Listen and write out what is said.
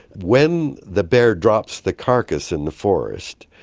when the bear drops the carcass in the forest,